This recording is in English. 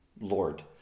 Lord